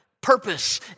purpose